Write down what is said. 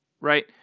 right